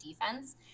defense